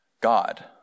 God